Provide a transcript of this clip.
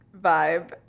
vibe